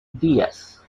díaz